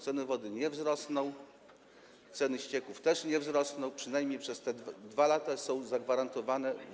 Ceny wody nie wzrosną, ceny ścieków też nie wzrosną, przynajmniej przez te 2 lata są zagwarantowane w